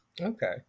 Okay